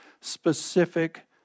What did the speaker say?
specific